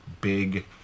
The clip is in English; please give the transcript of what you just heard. big